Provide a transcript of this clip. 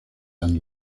and